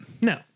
no